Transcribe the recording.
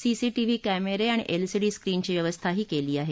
CCTV कॅमेरे आणि L C D स्क्रीनची व्यवस्थाही केली आहे